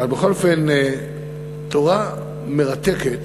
בכל אופן, תורה מרתקת